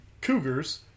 Cougars